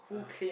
(uh huh)